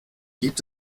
gibt